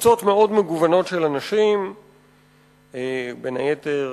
קבוצות מאוד מגוונות של אנשים, בין היתר,